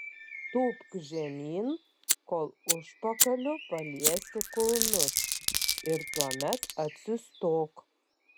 tūpk žemyn kol užpakaliu paliesi kulnus ir tuomet atsistok